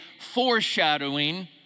foreshadowing